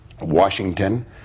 Washington